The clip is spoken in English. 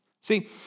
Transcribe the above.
See